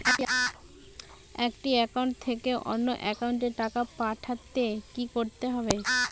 একটি একাউন্ট থেকে অন্য একাউন্টে টাকা পাঠাতে কি করতে হবে?